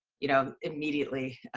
you know, immediately?